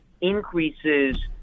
increases